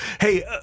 Hey